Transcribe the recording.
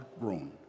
grown